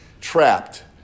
Trapped